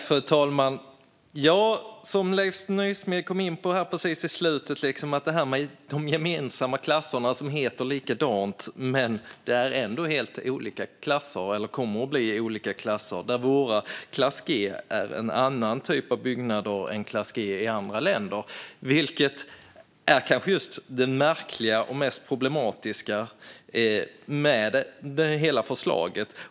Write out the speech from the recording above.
Fru talman! Precis i slutet kom Leif Nysmed in på detta med de gemensamma klasserna som heter likadant men som ändå kommer att bli helt olika klasser, där vår klass G innebär en annan typ av byggnader än klass G i andra länder. Det är kanske det märkligaste och mest problematiska med hela förslaget.